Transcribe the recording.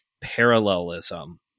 parallelism